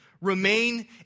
remain